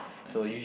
okay